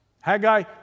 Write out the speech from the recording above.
Haggai